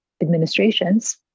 administrations